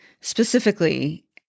Specifically